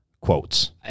quotes